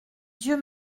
dieu